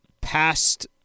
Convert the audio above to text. Past